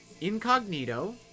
incognito